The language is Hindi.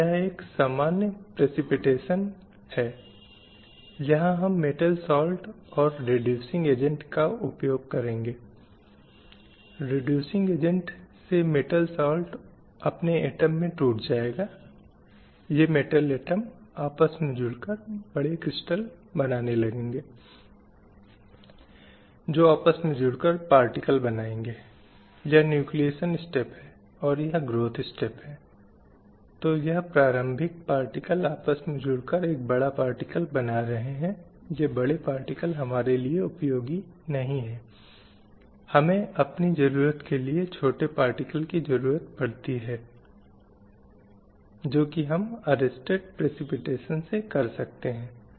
शिक्षा के मामलों में स्वास्थ्य के मामलों में और निश्चित रूप से आर्थिक अवसरों के मुद्दों में पुरुषों और महिलाओं के लिए संभावनाएं और परिस्थितियां पूरी तरह से अलग हैं और इसलिए शायद कोई कहीं न कहीं यह कह सकता है कि भारतीय समाज में हम अभी भी ऐसी स्थिति में नहीं हैं जहां हमने दोनों लिंगों की समानता हासिल की है लेकिन महिलाओं की कुछ श्रेणियों की बात आती है तो इसमें प्रखर अंतर है स्थिति और भी बदतर है